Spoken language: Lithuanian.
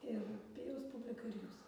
ir pijaus publika ir jūsų